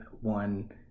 one